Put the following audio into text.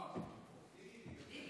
אדוני.